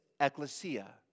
ecclesia